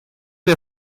wir